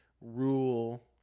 rule